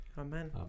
Amen